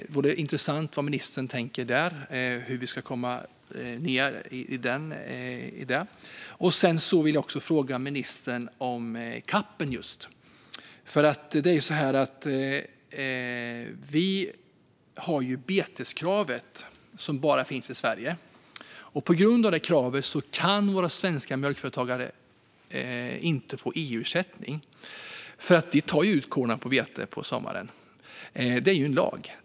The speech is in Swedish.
Det vore intressant att höra vad ministern tänker om hur vi ska kunna få ned det. Sedan vill jag också fråga ministern om CAP:en. Vi har beteskravet, som bara finns i Sverige. På grund av det kravet kan våra svenska mjölkföretagare inte få EU-ersättning. Det är enligt lag som de tar ut korna på bete på sommaren.